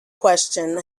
question